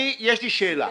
יש לי שאלה.